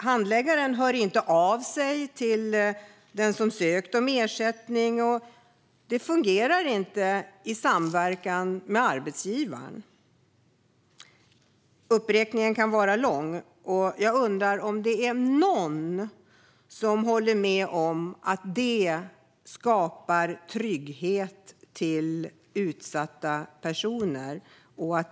Handläggaren hör inte av sig till den som ansökt om ersättning och samverkar inte med arbetsgivaren. Uppräkningen kan bli lång, och jag undrar om det är någon som håller med om att detta skapar trygghet för utsatta personer.